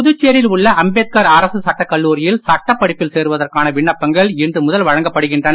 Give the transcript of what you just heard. புதுச்சேரியில் உள்ள அம்பேத்கார் அரசு சட்டக் கல்லூரியில் சட்டப் படிப்பில் சேர்வதற்கான விண்ணப்பங்கள் இன்று முதல் வழங்கப்படுகின்றது